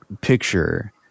Picture